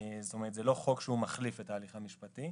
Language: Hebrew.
וזה לא חוק שמחליף את ההליך המשפטי.